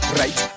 right